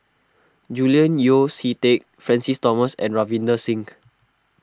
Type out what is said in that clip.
Julian Yeo See Teck Francis Thomas and Ravinder Singh